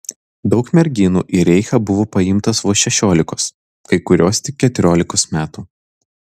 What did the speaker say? daug merginų į reichą buvo paimtos vos šešiolikos kai kurios tik keturiolikos metų